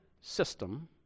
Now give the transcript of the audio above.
system